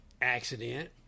accident